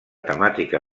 temàtica